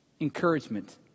encouragement